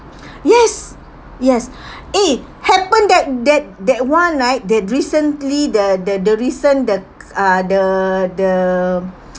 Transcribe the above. yes yes eh happen that that that one right the recently the the the recent the uh the the